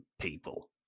people